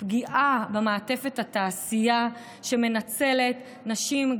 מהפגיעה במעטפת התעשייה שמנצלת נשים,